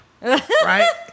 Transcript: Right